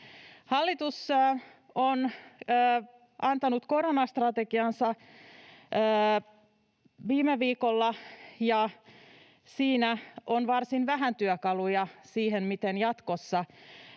Hallitus on antanut koronastrategiansa viime viikolla, ja siinä on varsin vähän työkaluja siihen, miten jatkossa